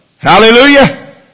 Hallelujah